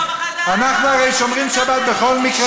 מנחם בגין עמד פה,